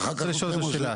אני רוצה לשאול אותו שאלה.